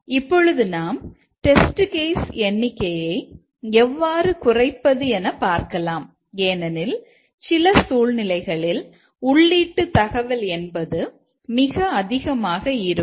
இப்பொழுது நாம் test case எண்ணிக்கையை எவ்வாறு குறைப்பது என பார்க்கலாம் ஏனெனில் சில சூழ்நிலைகளில் உள்ளீட்டு தகவல் என்பது மிக அதிகமாக இருக்கும்